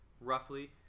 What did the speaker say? roughly